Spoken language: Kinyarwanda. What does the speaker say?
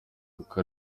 kuko